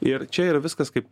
ir čia yra viskas kaip